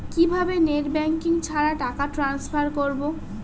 কিভাবে net banking ছাড়া টাকা ট্রান্সফার করবো?